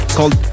Called